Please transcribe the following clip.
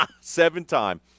Seven-time